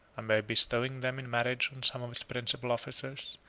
and by bestowing them in marriage on some of his principal officers,